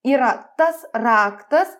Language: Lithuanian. yra tas raktas